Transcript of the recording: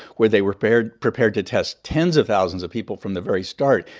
where they were prepared prepared to test tens of thousands of people from the very start,